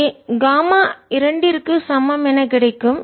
இங்கே காமா இரண்டிற்கு சமம் என கிடைக்கும்